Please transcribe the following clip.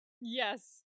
Yes